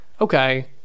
okay